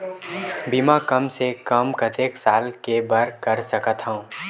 बीमा कम से कम कतेक साल के बर कर सकत हव?